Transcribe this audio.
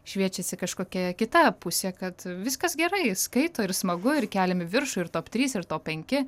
šviečiasi kažkokia kita pusė kad viskas gerai skaito ir smagu ir keliam į viršų ir top trys ir top penki